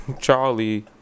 Charlie